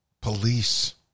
police